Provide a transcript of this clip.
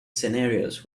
scenarios